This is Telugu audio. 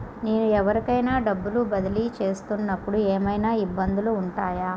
నేను ఎవరికైనా డబ్బులు బదిలీ చేస్తునపుడు ఏమయినా ఇబ్బందులు వుంటాయా?